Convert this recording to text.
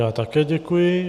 Já také děkuji.